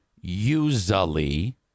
usually